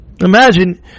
Imagine